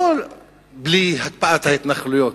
לא בלי הקפאת ההתנחלויות,